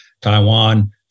Taiwan